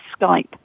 Skype